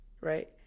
right